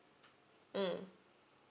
mm